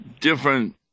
different